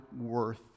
worth